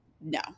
no